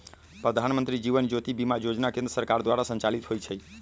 प्रधानमंत्री जीवन ज्योति बीमा जोजना केंद्र सरकार द्वारा संचालित होइ छइ